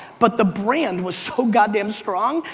but the brand was so goddamed strong,